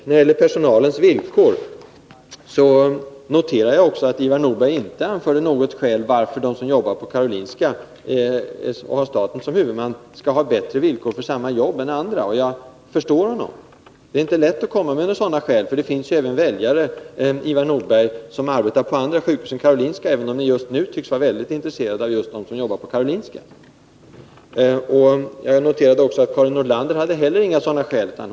När det gäller personalens villkor noterar jag att Ivar Nordberg inte anförde något skäl för att de som är anställda på Karolinska, där staten är huvudman, skall ha bättre villkor än andra för samma jobb. Och jag förstår honom. Det är inte lätt att komma med några sådana skäl. Det finns väljare som arbetar på andra sjukhus än Karolinska, Ivar Nordberg, även om ni just nu tycks vara särskilt intresserade av dem som jobbar på Karolinska! Jag noterade också att Karin Nordlander inte heller kunde anföra några sådana skäl.